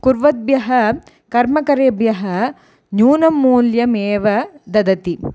कुर्वद्भ्यः कर्मकरेभ्यः न्यूनं मूल्यम् एव ददति